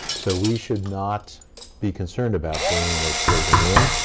so we should not be concerned about bringing those children in,